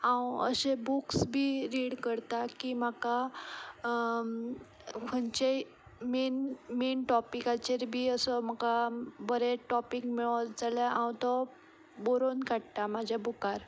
हांव अशे बुक्स बी रीड करता की म्हाका खंयचेंय मेन टॉपिकाचेर बी असो म्हाका बरे टॉपीक मेळत जाल्यार हांव तो बरोवन काडटा म्हज्या बुकार